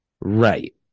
Right